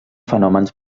fenòmens